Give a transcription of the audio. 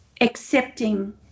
accepting